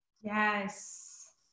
yes